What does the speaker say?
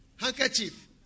handkerchief